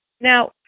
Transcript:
Now